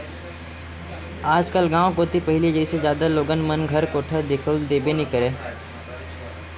आजकल गाँव कोती पहिली जइसे जादा लोगन मन घर कोठा दिखउल देबे नइ करय